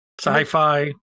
sci-fi